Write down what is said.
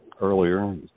earlier